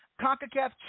CONCACAF